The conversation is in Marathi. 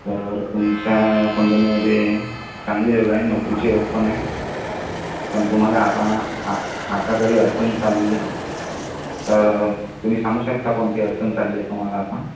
तर तुमच्या कुंडलीमध्ये चांगले योग आहेत नोकरीचे योग पण आहे पण तुम्हाला आता आ आता तरी अडचण चालली आहे तर तुम्ही सांगू शकता कोणती अडचण चालली आहे तुम्हाला आता